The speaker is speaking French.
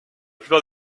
plupart